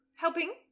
Helping